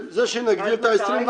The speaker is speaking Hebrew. עד מתי?